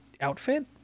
outfit